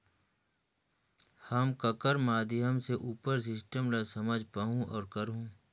हम ककर माध्यम से उपर सिस्टम ला समझ पाहुं और करहूं?